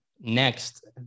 next